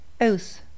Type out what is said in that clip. oath